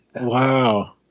Wow